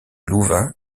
louvain